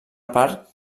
part